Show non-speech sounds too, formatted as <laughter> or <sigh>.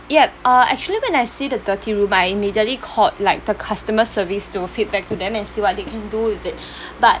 yup uh actually when I see the dirty room I immediately called like the customer service to feedback to them and see what they can do with it <breath> but